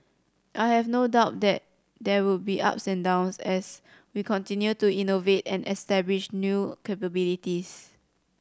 I have no doubt that there will be ups and downs as we continue to innovate and establish new capabilities